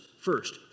first